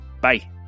bye